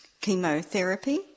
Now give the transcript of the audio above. chemotherapy